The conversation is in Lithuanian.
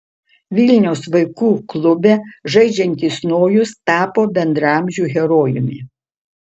vilniaus vaikų klube žaidžiantis nojus tapo bendraamžių herojumi